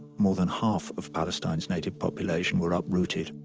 more than half of palestineis native population, were uprooted.